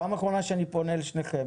פעם אחרונה שאני פונה אל שניכם,